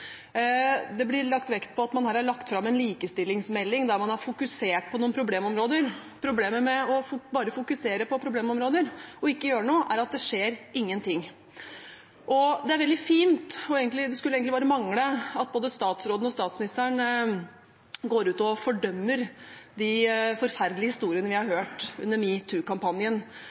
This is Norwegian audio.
Det blir lagt vekt på at man har lagt fram en likestillingsmelding der man har fokusert på noen problemområder. Problemet med bare å fokusere på noen problemområder og ikke gjøre noe, er at det skjer ingenting. Det er veldig fint – og det skulle egentlig bare mangle – at både statsråden og statsministeren går ut og fordømmer de forferdelige historiene vi har hørt under